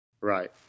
right